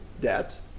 debt